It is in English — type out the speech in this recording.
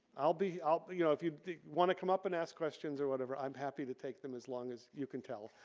i'll be, i'll, but you know, if you want to come up and ask questions or whatever i'm happy to take them as long as you can tell,